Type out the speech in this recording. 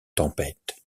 tempête